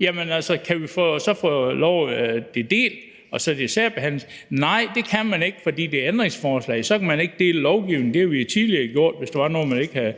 Jamen kan vi så få lov til at få det delt, så det særbehandles i to forslag? Nej, det kan man ikke, fordi det er ændringsforslag. Så kan man ikke dele lovforslaget. Det har vi jo tidligere gjort, hvis der var noget, man ikke ville